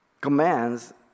commands